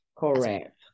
Correct